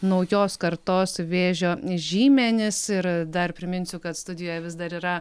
naujos kartos vėžio žymenys ir dar priminsiu kad studijoje vis dar yra